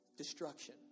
destruction